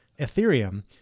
Ethereum